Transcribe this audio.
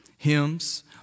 Hymns